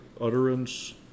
utterance